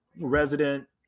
resident